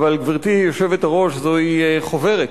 אבל, גברתי היושבת-ראש, זוהי חוברת.